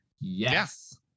Yes